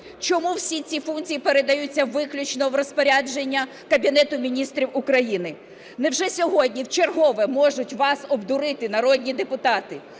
Чому всі ці функції передаються виключно в розпорядження Кабінету Міністрів України? Невже сьогодні вчергове можуть вас обдурити, народні депутати?